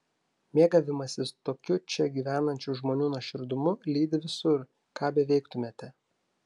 mėgavimasis tokiu čia gyvenančių žmonių nuoširdumu lydi visur ką beveiktumėte